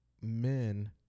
men